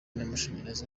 n’amashanyarazi